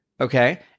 okay